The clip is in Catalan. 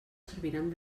serviran